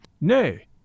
Nay